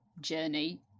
journey